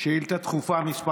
שאילתה דחופה מס'